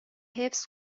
حفظ